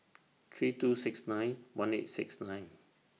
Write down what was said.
three two six nine one eight six nine